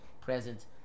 present